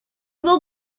will